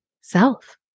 self